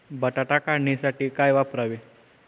बटाटा काढणीसाठी काय वापरावे?